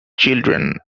children